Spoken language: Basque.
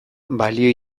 balio